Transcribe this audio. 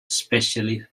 specially